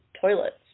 toilets